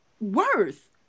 worth